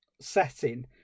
setting